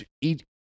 eat